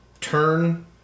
turn